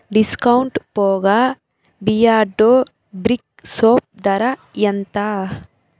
discount పోగా Beardo brick soap ధర ఎంత